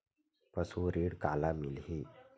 पशु ऋण काला मिलही?